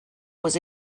was